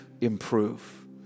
improve